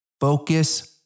Focus